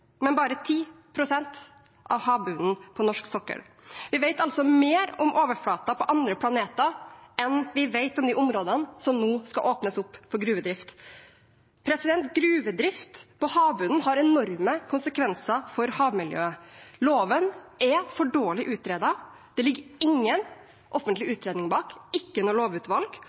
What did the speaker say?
men bare 10 pst. av havbunnen på norsk sokkel. Vi vet altså mer om overflaten på andre planeter enn vi vet om de områdene som nå skal åpnes opp for gruvedrift. Gruvedrift på havbunnen har enorme konsekvenser for havmiljøet. Loven er for dårlig utredet, det ligger ingen offentlig utredning bak, ikke noe lovutvalg,